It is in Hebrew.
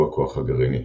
הוא הכוח הגרעיני,